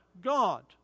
God